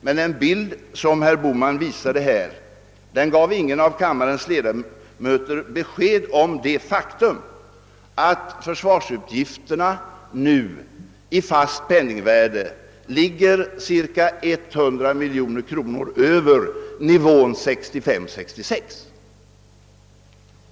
Men den tablå som herr Bohman visade gav ingen av kammarens ledamöter besked om det faktum att utgifterna nu i fast penningvärde ligger cirka 100 miljoner kronor över nivån 1965.